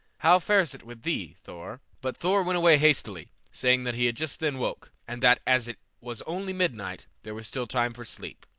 how fares it with thee, thor? but thor went away hastily, saying that he had just then awoke, and that as it was only midnight, there was still time for sleep.